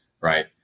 right